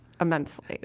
immensely